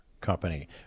company